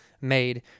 made